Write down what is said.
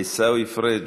עיסאווי, עיסאווי פריג',